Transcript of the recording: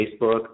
Facebook